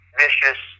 vicious